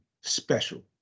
special